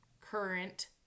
current